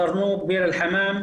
זרנוג, דיר אל חמאם,